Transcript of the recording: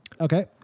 Okay